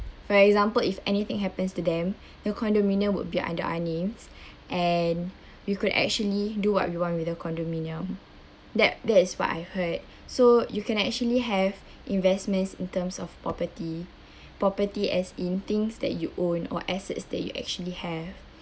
for example if anything happens to them the condominium would be under our names and we could actually do what we want with the condominium that that's what I heard so you can actually have investments in terms of property property as in things that you own or assets that you actually have